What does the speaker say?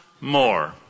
more